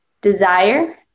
desire